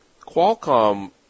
Qualcomm